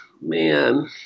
Man